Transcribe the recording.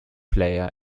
player